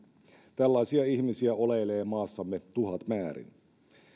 tällaisia ihmisiä oleilee maassamme tuhatmäärin